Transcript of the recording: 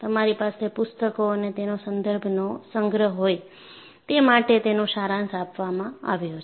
તમારી પાસે પુસ્તકો અને તેનો સંદર્ભોનો સંગ્રહ હોય તે માટે તેનો સારાંશ આપવામાં આવ્યો છે